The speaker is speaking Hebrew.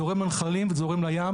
זורם לנחלים ולים,